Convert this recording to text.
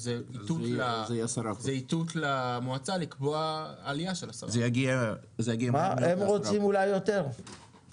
זה איתות למועצה לקבוע עלייה של 10%. הם רוצים אולי יותר,